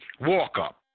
walk-up